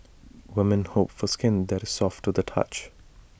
women hope for skin that is soft to the touch